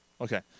Okay